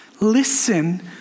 Listen